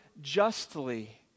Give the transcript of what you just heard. justly